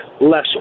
less